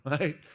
Right